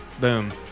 Boom